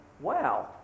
wow